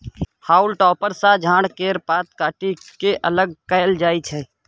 हाउल टॉपर सँ झाड़ केर पात काटि के अलग कएल जाई छै